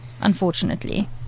unfortunately